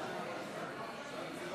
והרי תוצאות